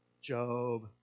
Job